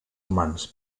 humans